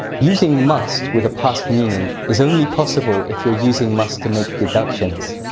using must with a past meaning is only possible if you are using must to make deductions.